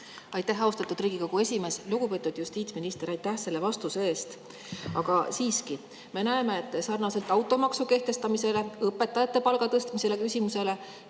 Aitäh, austatud Riigikogu esimees! Lugupeetud justiitsminister, aitäh selle vastuse eest! Siiski me näeme, et sarnaselt automaksu kehtestamise ja õpetajate palga tõstmise küsimusega